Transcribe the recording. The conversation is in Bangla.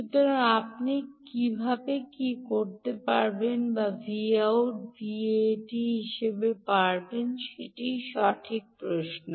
সুতরাং আপনি কীভাবে Vout Vat পাবেন তা সঠিক প্রশ্ন